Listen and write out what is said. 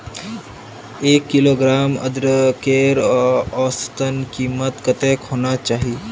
एक किलोग्राम अदरकेर औसतन कीमत कतेक होना चही?